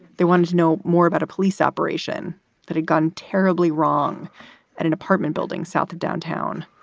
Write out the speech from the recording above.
they want to know more about a police operation that had gone terribly wrong at an apartment building south of downtown.